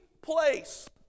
place